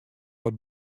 wat